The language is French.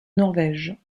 norvège